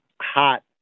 hot